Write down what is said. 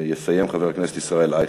יסיים חבר הכנסת ישראל אייכלר.